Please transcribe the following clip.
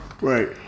right